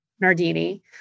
Nardini